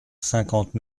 cinquante